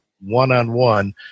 one-on-one